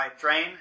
Drain